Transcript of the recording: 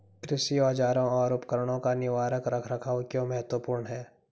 कृषि औजारों और उपकरणों का निवारक रख रखाव क्यों महत्वपूर्ण है?